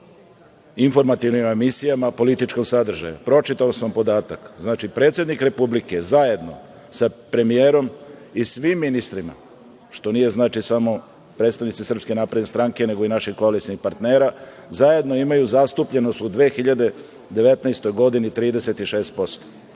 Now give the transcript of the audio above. informativnim emisijama političkog sadržaja. Pročitao sam podatak. Znači, predsednik Republike zajedno sa premijerom i svim ministrima, što nije samo predstavnici SNS, nego i naši koalicioni partneri, zajedno imaju zastupljenost u 2019. godini 36%.